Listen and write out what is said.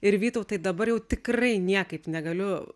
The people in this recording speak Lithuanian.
ir vytautai dabar jau tikrai niekaip negaliu